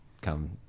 come